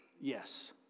Yes